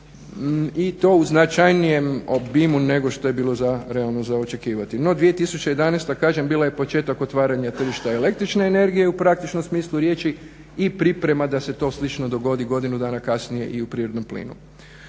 i to u značajnijem obimu nego što je bilo realno za očekivati. No 2011. kažem bila je početak otvaranja tržišta električne energije u praktičnom smislu riječi i priprema da se to slično dogodi godinu dana kasnije i u prirodnom plinu.